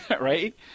right